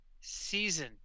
season